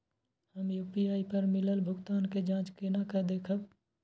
हम यू.पी.आई पर मिलल भुगतान के जाँच केना देखब?